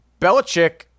Belichick